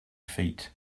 feet